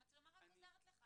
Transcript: המצלמה רק עוזרת לך.